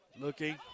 looking